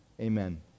Amen